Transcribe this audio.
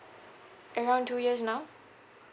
around two years now